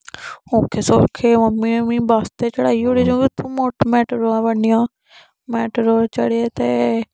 ओक्खे सोक्खे मम्मी ने मिगी बस ते चढ़ाई ओड़ेया क्युंकि उत्थे मेटाडोरां बड़ियां मेटाडोर चढ़े ते